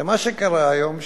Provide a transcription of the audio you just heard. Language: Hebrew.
ומה שקרה היום,